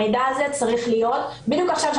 בדיוק עכשיו,